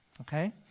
Okay